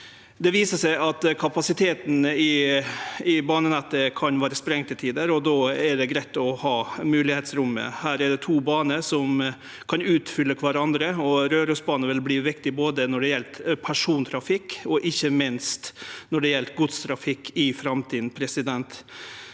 Det viser seg at kapasiteten i banenettet kan vere sprengd til tider, og då er det greitt å ha moglegheitsrommet. Her er det to baner som kan utfylle kvarandre, og Rørosbanen vil bli viktig når det gjeld både persontrafikk og ikkje minst godstrafikk i framtida. Då er det